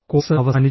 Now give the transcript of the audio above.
course അവസാനിച്ചോ